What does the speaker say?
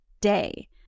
day